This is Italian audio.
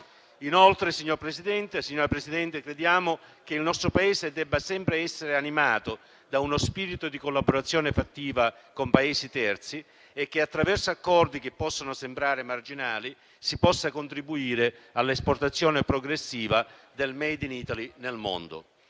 Inoltre, signora Presidente, crediamo che il nostro Paese debba sempre essere animato da uno spirito di collaborazione fattiva con Paesi terzi e che, attraverso accordi che possono sembrare marginali, si possa contribuire all'esportazione progressiva del *made in Italy* nel mondo.